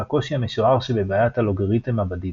הקושי המשוער שבבעיית הלוגריתם הבדיד.